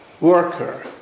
worker